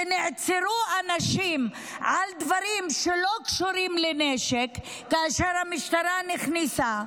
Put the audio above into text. ונעצרו אנשים על דברים שלא שקשורים לנשק כאשר המשטרה נכנסה.